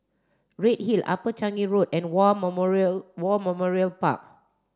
Redhill Upper Changi Road and War Memorial War Memorial Park